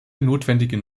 notwendigen